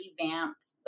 revamped